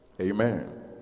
Amen